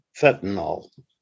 fentanyl